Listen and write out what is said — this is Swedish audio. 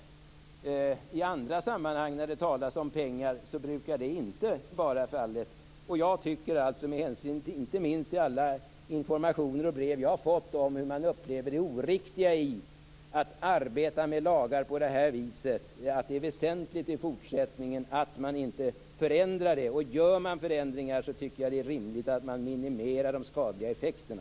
När det i andra sammanhang talas om pengar brukar så inte vara fallet. Med hänsyn inte minst till all information och alla de brev som jag har fått - där talas det om att man upplever det oriktiga i att arbeta med lagar på det här viset - är det i fortsättningen väsentligt att inte förändra här. Och om man gör förändringar tycker jag att det är rimligt att minimera de skadliga effekterna.